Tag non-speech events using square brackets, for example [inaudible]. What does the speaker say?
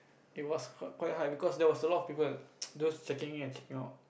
it was quite hard because there was a lot of people [noise] those checking at you know